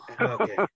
Okay